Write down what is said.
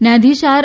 ન્યાયાધીશ આર